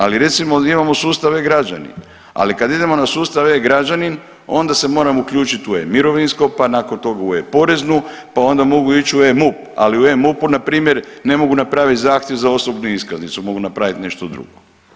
Ali recimo da imamo sustav e-Građani, ali kada idemo na sustav e-Građanin onda se moramo uključiti u e-mirovinsko, pa nakon toga u e-poreznu, pa onda mogu ći u e-MUP, ali u e-MUP-u npr. ne mogu napraviti zahtjev za osobnu iskaznicu mogu napraviti nešto drugo.